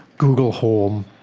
google home,